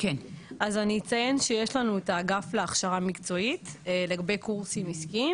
אז אני אציין שיש לנו את האגף להכשרה מקצועית לגבי קורסים עסקיים